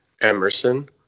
Emerson